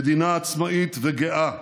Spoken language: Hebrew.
מזכירת הכנסת ירדנה מלר-הורוביץ,